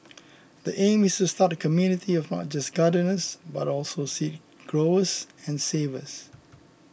the aim is to start a community of not just gardeners but also seed growers and savers